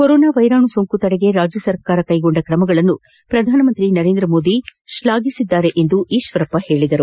corona ವೈರಾಣು ಸೋಂಕು ತಡೆಗೆ ರಾಜ್ಯ ಸರ್ಕಾರ ಕೈಗೊಂಡ ಕ್ರಮಗಳನ್ನು ಪ್ರಧಾನಮಂತ್ರಿ ನರೇಂದ್ರ ಮೋದಿ ಶ್ಲಾಘಿಸಿದ್ದಾರೆ ಎಂದು ಈಶ್ವರಪ್ಪ ತಿಳಿಸಿದರು